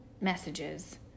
messages